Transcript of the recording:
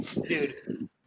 Dude